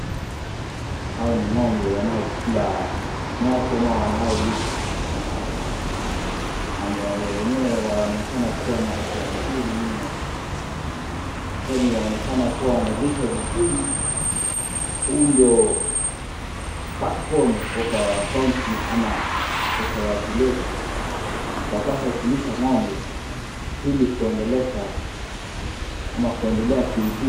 Hao ni ng'ombe wanaokula nyasi ama wanaolishwa, ng'ombe wenyewe wanaonekana kuwa na afya mzuri mno , kwani Wanaonekana kuwa wanalishwa vizuri huu ndo(cs)backbone of our country(cs) ama (cs)society(cs) letu . Tunapaswa kulisha ng'ombe ili kuendeleza ama kuendelea kiuchumi.